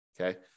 okay